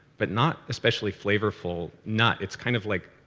but not especially flavorful nut. it's kind of like,